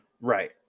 Right